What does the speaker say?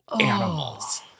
animals